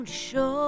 show